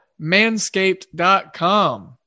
manscaped.com